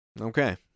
Okay